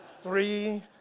three